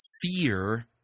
fear